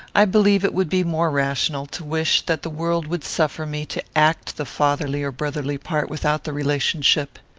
i believe it would be more rational to wish that the world would suffer me to act the fatherly or brotherly part, without the relationship.